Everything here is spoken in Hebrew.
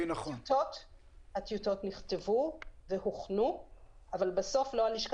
הטיוטות נכתבו והוכנו אבל בסוף לא לשכה